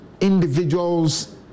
individual's